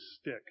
stick